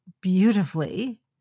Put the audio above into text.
beautifully